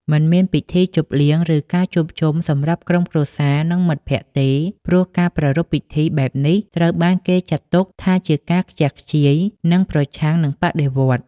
មិនមានពិធីជប់លៀងឬការជួបជុំសម្រាប់ក្រុមគ្រួសារនិងមិត្តភក្តិទេ ព្រោះការប្រារព្ធពិធីបែបនេះត្រូវបានគេចាត់ទុកថាជាការខ្ជះខ្ជាយនិងប្រឆាំងនឹងបដិវត្តន៍។